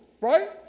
right